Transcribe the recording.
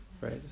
right